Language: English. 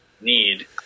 need